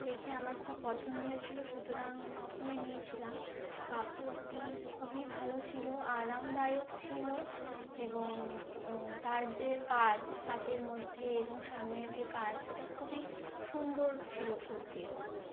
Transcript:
দেখে আমার খুব পছন্দ হয়েছিল সুতরাং কিনে নিয়েছিলাম কাপড়টি খুবই ভালো ছিল আরামদায়ক ছিল এবং তার যে কাজ হাতের মধ্যে সামনের যে কাজ তা খুবই সুন্দর ছিল খুব কুর্তির